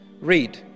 Read